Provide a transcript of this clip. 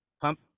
pump